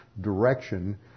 direction